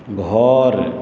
घर